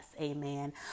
Amen